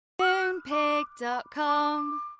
Moonpig.com